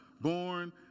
born